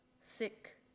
sick